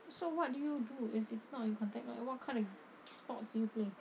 so what do you do if it's not in contact like what kind of sports do you play